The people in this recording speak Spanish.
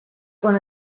con